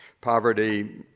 Poverty